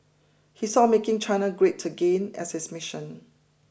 he saw making China great again as his mission